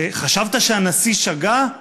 חשבת שהנשיא שגה?